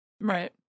right